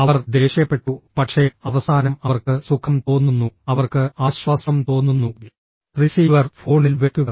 അവർ ദേഷ്യപ്പെട്ടു പക്ഷേ അവസാനം അവർക്ക് സുഖം തോന്നുന്നു അവർക്ക് ആശ്വാസം തോന്നുന്നു റിസീവർ ഫോണിൽ വെക്കുക